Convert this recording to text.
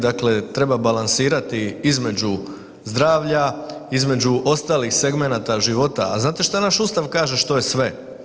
Dakle, treba balansirati između zdravlja, između ostalih segmenata života, a znate što naš Ustav kaže, što je sve?